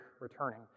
returning